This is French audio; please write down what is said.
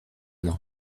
nom